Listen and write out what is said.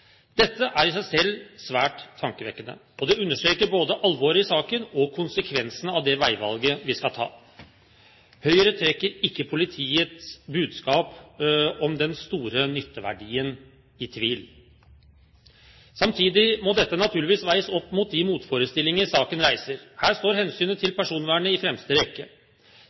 Dette er i seg selv svært tankevekkende, og det understreker både alvoret i saken og konsekvensene av det veivalget vi skal ta. Høyre trekker ikke politiets budskap om den store nytteverdien i tvil. Samtidig må dette naturligvis veies opp mot de motforestillinger saken reiser. Her står hensynet til personvernet i fremste rekke.